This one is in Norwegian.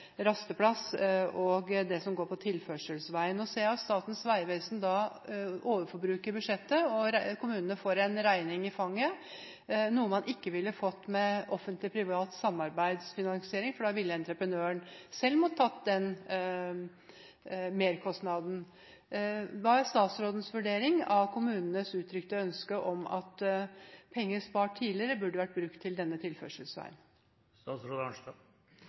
rasteplass og det som går på tilførselsveien. Nå ser jeg at Statens vegvesen overforbruker i budsjettet, og kommunene får en regning i fanget – noe man ikke ville fått med offentlig–privat samarbeidsfinansiering, for da ville entreprenøren selv måttet ta den merkostnaden. Hva er statsrådens vurdering av kommunenes uttrykte ønske om at penger spart tidligere, burde vært brukt til denne tilførselsveien?